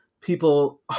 people